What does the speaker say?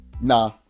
Nah